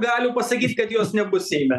galių pasakyt kad jos nebus seime